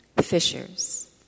fishers